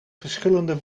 verschillende